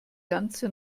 ganze